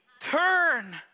Turn